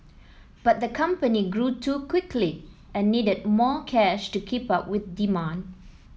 but the company grew too quickly and needed more cash to keep up with demand